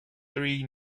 three